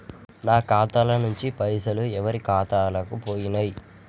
నా ఖాతా ల నుంచి పైసలు ఎవరు ఖాతాలకు పోయినయ్?